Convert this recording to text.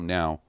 now